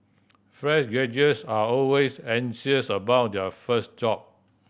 fresh graduates are always anxious about their first job